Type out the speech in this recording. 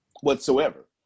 whatsoever